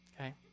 Okay